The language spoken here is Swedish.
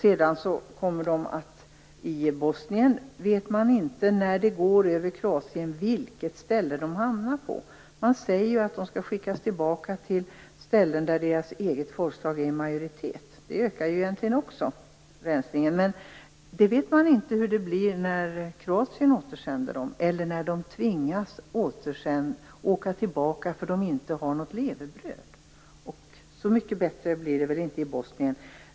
I Bosnien vet man inte vilket ställe de hamnar på. Man säger att de skall skickas tillbaka till ställen där deras eget folkslag är i majoritet. Det ökar ju egentligen också rensningen. Man vet däremot inte hur det blir när Kroatien återsänder dem eller när de tvingas åka tillbaka därför att de inte har något levebröd, och så mycket bättre blir det väl inte i Bosnien.